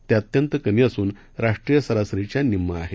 ते अत्यंत कमी असून राष्ट्रीय सरासरीच्या निम्मं आहे